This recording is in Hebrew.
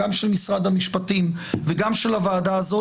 גם של משרד המשפטים וגם של הוועדה הזאת,